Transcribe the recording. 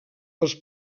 als